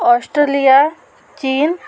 Australia चीन